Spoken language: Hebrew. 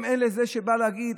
הם אלה, זה בא להגיד.